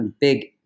big